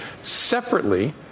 Separately